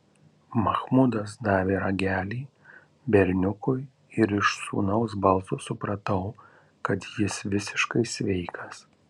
machmudas davė ragelį berniukui ir iš sūnaus balso supratau kad jis visiškai sveikas